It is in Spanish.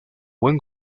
buen